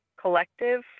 collective